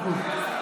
מאה אחוז.